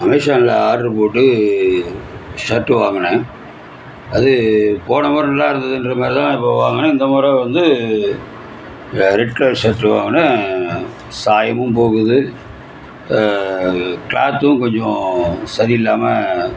அமேஸானில் order போட்டு shirt வாங்கினேன் அது போன வாரம் நல்லார்ந்துதுன்ற மாதிரி தான் இப்போ வாங்குனேன் இந்த முறை வந்து ரெட் கலர் சர்ட்டு வாங்குனேன் சாயமும் போகுது க்ளாத்தும் கொஞ்சம் சரி இல்லாமல்